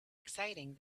exciting